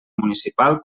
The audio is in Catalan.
municipal